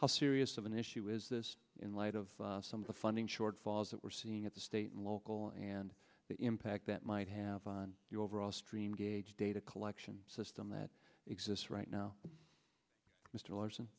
how serious of an issue is this in light of some of the funding shortfalls that we're seeing at the state and local and the impact that might have on the overall stream gauge data collection system that exists right now mr l